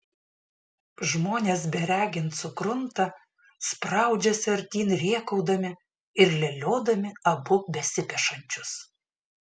žmonės beregint sukrunta spraudžiasi artyn rėkaudami ir leliodami abu besipešančius